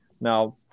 Now